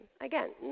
Again